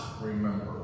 remember